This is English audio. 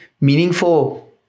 Meaningful